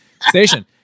station